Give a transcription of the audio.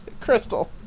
Crystal